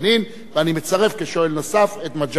ואני מצרף כשואל נוסף את מגלי והבה.